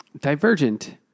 Divergent